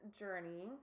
journey